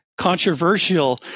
controversial